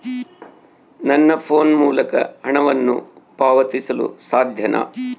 ನನ್ನ ಫೋನ್ ಮೂಲಕ ಹಣವನ್ನು ಪಾವತಿಸಲು ಸಾಧ್ಯನಾ?